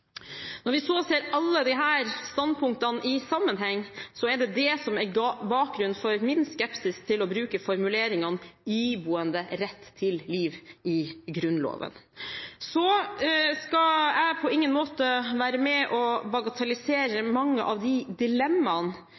Når vi så ser alle disse standpunktene i sammenheng, er det det som er bakgrunnen for min skepsis til å bruke formuleringen en «iboende Ret til Liv» i Grunnloven. Så skal jeg på ingen måte være med og bagatellisere mange av de dilemmaene